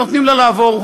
נותנים לה לעבור,